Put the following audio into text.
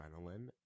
adrenaline